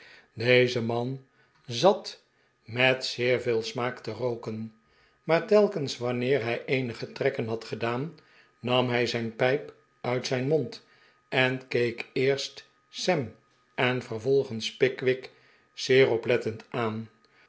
deze man zat met zeer veel smaak te rooken maar telkens wanneer hij eenige trekken had gedaan nam hij zijn pijp uit zijn mond en keek eerst sam en vervolgens pickwick zeer oplettend aan